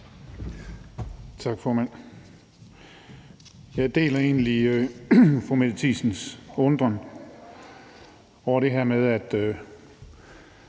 Tak, formand. Jeg deler egentlig fru Mette Thiesens undren over det her med, at